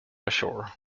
ashore